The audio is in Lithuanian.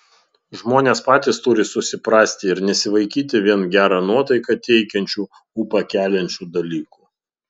žmonės patys turi susiprasti ir nesivaikyti vien gerą nuotaiką teikiančių ūpą keliančių dalykų